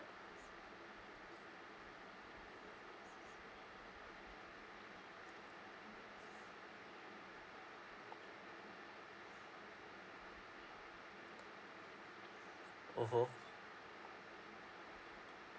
mmhmm